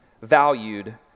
valued